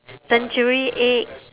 century egg